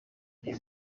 uyu